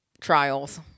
trials